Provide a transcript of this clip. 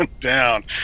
down